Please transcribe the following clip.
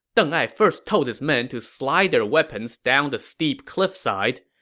deng ai first told his men to slide their weapons down the steep cliff side.